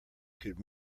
could